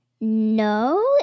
No